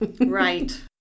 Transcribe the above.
Right